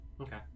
Okay